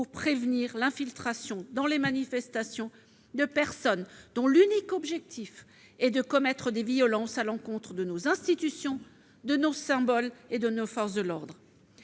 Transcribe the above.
pour prévenir l'infiltration dans les manifestations de personnes dont l'unique objectif est de commettre des violences à l'encontre de nos institutions, de nos symboles et de nos forces de l'ordre.